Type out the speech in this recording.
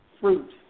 fruit